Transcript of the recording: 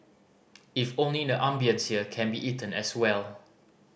if only the ambience here can be eaten as well